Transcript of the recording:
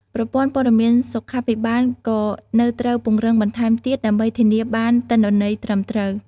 ប្រព័ន្ធព័ត៌មានសុខាភិបាលក៏នៅត្រូវពង្រឹងបន្ថែមទៀតដើម្បីធានាបានទិន្នន័យត្រឹមត្រូវ។